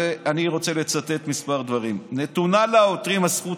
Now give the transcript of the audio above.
אני רוצה לצטט כמה דברים: "נתונה לעותרים הזכות